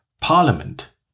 Parliament